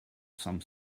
some